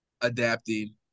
adapting